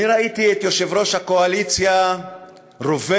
אני ראיתי את יושב-ראש הקואליציה רובץ,